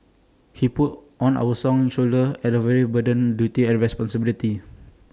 he put on our song shoulders at the very burden duty and responsibility